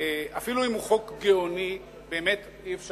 אפילו אם הוא חוק גאוני, באמת לא היה